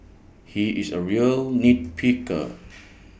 he is A real nit picker